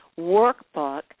workbook